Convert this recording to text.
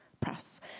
Press